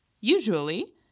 Usually